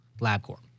LabCorp